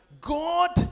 God